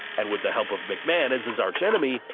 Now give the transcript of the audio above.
and with the help of mcmahon as his arch-enemy,